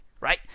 Right